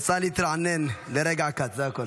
יצא להתרענן לרגע קט, זה הכול.